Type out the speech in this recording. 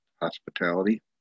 hospitality